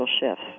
shifts